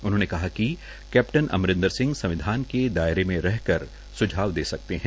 उ ह ने कहा िक कै टन अम र संह सं वधान के दायरे म रहकर सुझाव दे सकते है